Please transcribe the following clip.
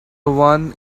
one